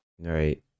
Right